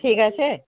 ঠিক আছে